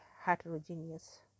heterogeneous